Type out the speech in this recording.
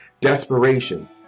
desperation